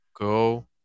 go